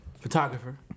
Photographer